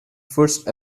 first